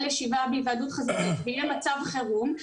ישיבה בהיוועדות חזותית ויהיה מצב חירום,